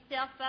up